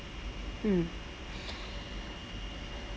mm